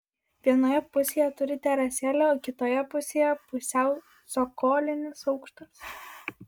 vienoje pusėje turi terasėlę o kitoje pusėje pusiau cokolinis aukštas